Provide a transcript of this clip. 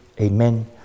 Amen